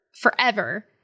forever